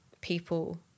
people